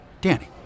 Danny